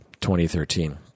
2013